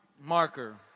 marker